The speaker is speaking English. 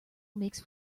makes